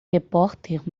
repórter